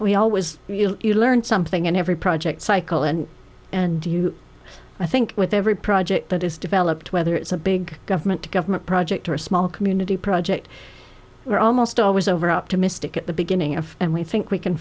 we always learn something in every project cycle and and do you i think with every project that is developed whether it's a big government to government project or a small community project we're almost always overoptimistic at the beginning of and we think we can